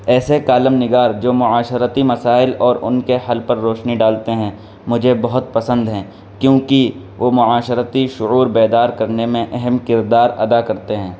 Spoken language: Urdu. ایسے کالم نگار جو معاشرتی مسائل اور ان کے حل پر روشنی ڈالتے ہیں مجھے بہت پسند ہیں کیوںکہ وہ معاشرتی شعور بیدار کرنے میں اہم کردار ادا کرتے ہیں